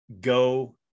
go